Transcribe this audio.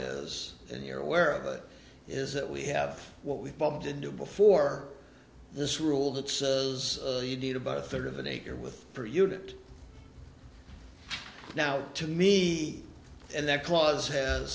is and you're aware of it is that we have what we bumped into before this rule that says you need about a third of an acre with per unit now to me and that clause has